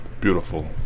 Beautiful